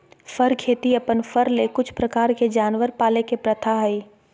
फर खेती अपन फर ले कुछ प्रकार के जानवर पाले के प्रथा हइ